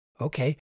Okay